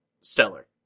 stellar